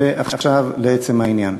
ועכשיו לעצם העניין.